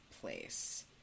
place